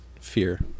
Fear